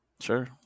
Sure